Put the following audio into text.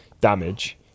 damage